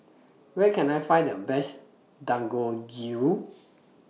Where Can I Find The Best Dangojiru